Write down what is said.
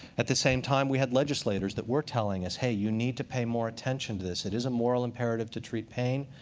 at the same time, we had legislators that were telling us, hey, you need to pay more attention to this. it is a moral imperative to treat pain.